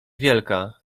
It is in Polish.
wielka